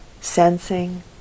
sensing